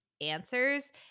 answers